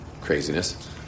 craziness